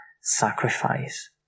sacrifice